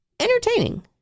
Entertaining